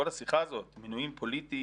כל השיחה הזאת - מינויים פוליטיים,